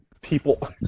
people